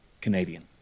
Canadian